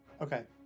Okay